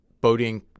boating